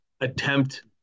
attempt